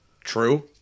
True